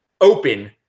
open